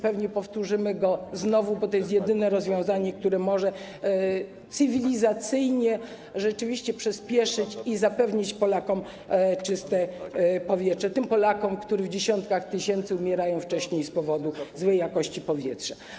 Pewnie to powtórzymy, złożymy go znowu, bo to jest jedyne rozwiązanie, które może cywilizacyjnie rzeczywiście to przyspieszyć i zapewnić Polakom czyste powietrze - tym Polakom, którzy dziesiątkami tysięcy umierają wcześniej z powodu złej jakości powietrza.